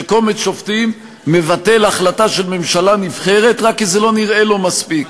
שקומץ שופטים מבטל החלטה של ממשלה נבחרת רק כי זה לא נראה לו מספיק.